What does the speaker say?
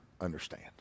understand